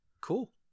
Cool